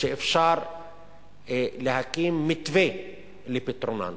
ואפשר להקים מתווה לפתרונן.